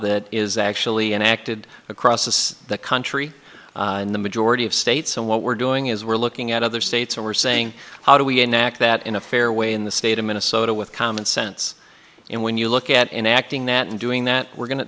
that is actually enacted across the country in the majority of states and what we're doing is we're looking at other states and we're saying how do we enact that in a fair way in the state of minnesota with common sense and when you look at enacting that and doing that we're going to